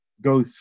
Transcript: go